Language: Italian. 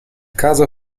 caso